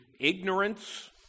ignorance